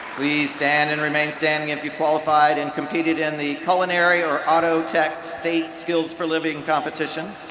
please stand and remain standing if you qualified and competed in the culinary or auto tech state skills for living competition.